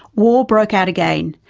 war broke out again,